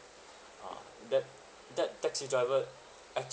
ah that that taxi driver